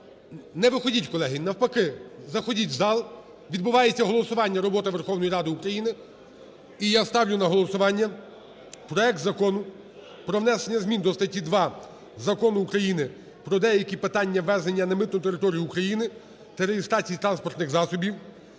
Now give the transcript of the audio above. Не виходіть, колеги, навпаки, заходіть у зал. Відбувається голосування, робота Верховної Ради України. І я ставлю на голосування проект Закону про внесення змін до статті 2 Закону України "Про деякі питання ввезення на митну територію України та реєстрації транспортних засобів"